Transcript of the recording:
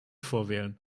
vorwählen